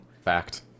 Fact